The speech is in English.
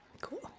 Cool